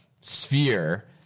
sphere